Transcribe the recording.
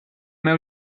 meu